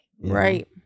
Right